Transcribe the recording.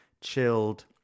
chilled